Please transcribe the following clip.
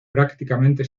prácticamente